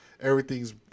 Everything's